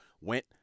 Went